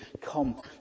come